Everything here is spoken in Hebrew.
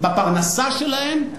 בפרנסה שלהם,